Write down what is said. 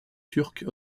turque